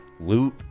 loot